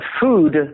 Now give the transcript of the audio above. food